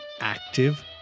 active